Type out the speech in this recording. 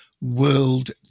world